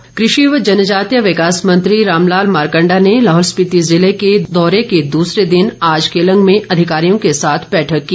मारकण्डा कृषि व जनजातीय विकास मंत्री रामलाल मारकण्डा ने लाहौल स्पिति जिले के दौरे के दूसरे दिन आज केलंग में अधिकारियों के साथ बैठक की